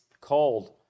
called